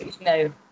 No